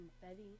Confetti